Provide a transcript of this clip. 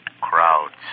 crowds